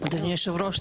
אדוני היושב-ראש,